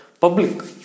public